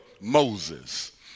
Moses